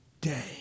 day